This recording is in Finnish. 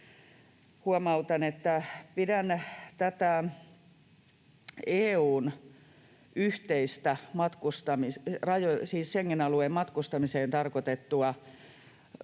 huomautan, että pidän tätä EU:n yhteistä Schengen-alueen matkustamiseen tarkoitettua